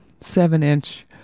seven-inch